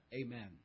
Amen